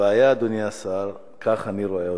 הבעיה, אדוני השר, כך אני רואה אותה: